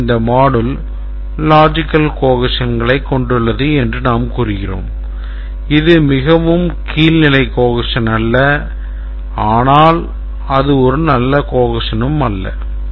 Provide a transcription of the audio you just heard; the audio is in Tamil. மேலும் இந்த module logical cohesions களைக் கொண்டுள்ளது என்று நாம் கூறுகிறோம் இது மிகவும் கீழ்நிலை cohesion அல்ல ஆனால் அது ஒரு நல்ல cohesion அல்ல